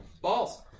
Balls